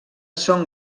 són